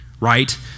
right